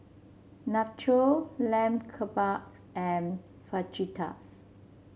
Nacho Lamb Kebabs and Fajitas